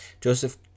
Joseph